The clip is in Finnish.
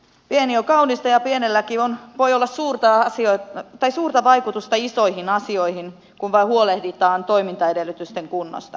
pieni on kaunista ja pienelläkin voi olla suurta vaikutusta isoihin asioihin kun vain huolehditaan toimintaedellytysten kunnosta